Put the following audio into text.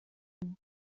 min